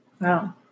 wow